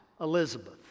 Elizabeth